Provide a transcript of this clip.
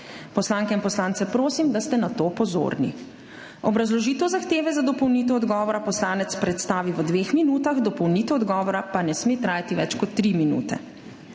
Poslanke in poslance prosim, da ste na to pozorni. Obrazložitev zahteve za dopolnitev odgovora poslanec predstavi v dveh minutah, dopolnitev odgovora pa ne sme trajati več kot tri minute.